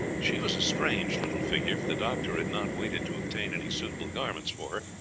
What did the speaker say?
she was a strange little figure, for the doctor had not waited to obtain any suitable garments for